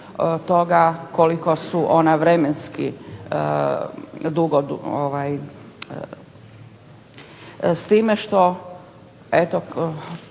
toga koliko su ona vremenski dugo. S time što, eto